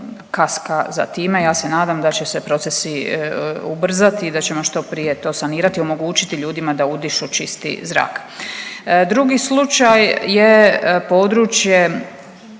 kaska za time, ja se nadam da će se procesi ubrzati i da ćemo što prije to sanirati i omogućiti ljudima da udišu čisti zrak. Drugi slučaj je područje